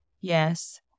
Yes